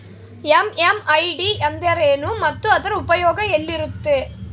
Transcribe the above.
MMID ಎಂದರೇನು ಮತ್ತು ಅದರ ಉಪಯೋಗ ಎಲ್ಲಿರುತ್ತೆ?